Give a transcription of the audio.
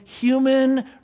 human